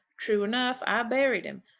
true enough. i buried him.